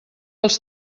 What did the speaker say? els